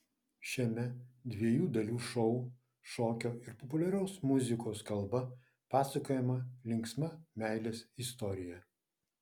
šiame dviejų dalių šou šokio ir populiarios muzikos kalba pasakojama linksma meilės istorija